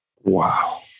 Wow